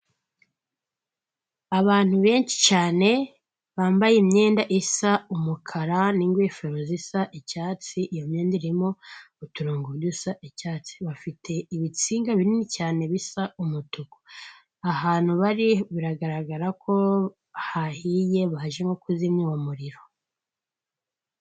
Abantu benshi cyane bambaye imyenda isa umukara, n'ingofero zisa icyatsi, iyo myenda irimo uturongo dusa icyatsi, bafite ibitsinga binini cyane bisa umutuku, ahantu bari biragaragara ko hahiye baje nko kuzimya uwo umuriro.